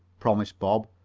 promised bob,